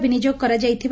ବିନିଯୋଗ କରାଯାଇଥିବ